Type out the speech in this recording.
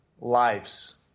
lives